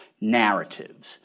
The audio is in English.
narratives